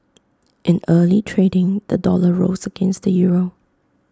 in early trading the dollar rose against the euro